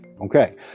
Okay